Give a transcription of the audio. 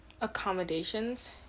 accommodations